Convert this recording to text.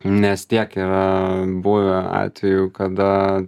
nes tiek yra buvę atvejų kada